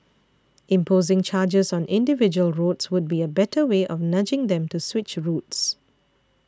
imposing charges on individual roads would be a better way of nudging them to switch routes